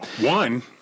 one